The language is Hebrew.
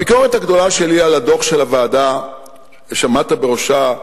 הביקורת הגדולה שלי על הדוח של הוועדה שעמדת בראשה,